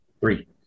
three